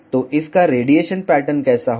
तो इसका radiation pattern कैसा होगा